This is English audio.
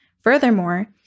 Furthermore